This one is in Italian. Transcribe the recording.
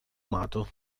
amato